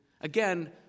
Again